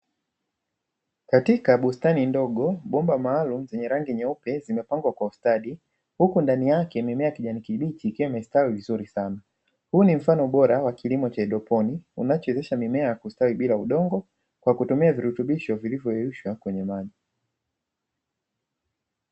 Katika bustani ndogo bomba maalumu zenye rangi nyeupe zimepangwa kwa ustadi huku ndani yake mimea ya kijani kibichi ikiwa imestawi vizuri sana, huu ni mfano bora wa kilimo cha haidroponi unachowezesha mimea kustawi bila udongo kwa kutumia virutubisho vilivyoyeyushwa kwenye maji.